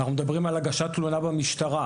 אנחנו מדברים על הגשת תלונה במשטרה.